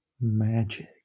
magic